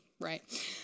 right